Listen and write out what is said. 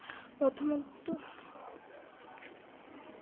প্ৰথমটো